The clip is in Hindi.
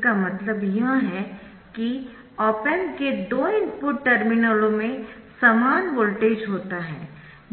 इसका मतलब यह है कि ऑप एम्प के दो इनपुट टर्मिनलों में समान वोल्टेज होता है